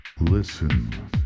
listen